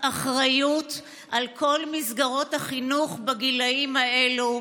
אחריות על כל מסגרות החינוך בגילאים האלו,